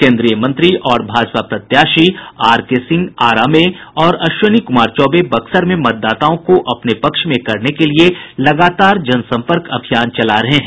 केन्द्रीय मंत्री और भाजपा प्रत्याशी आरके सिंह आरा में और अश्विनी कुमार चौबे बक्सर में मतदाताओं को अपने पक्ष में करने के लिये लगातार जनसंपर्क अभियान चला रहे हैं